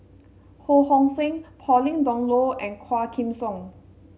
Ho Hong Sing Pauline Dawn Loh and Quah Kim Song